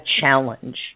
challenge